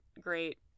great